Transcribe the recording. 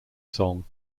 song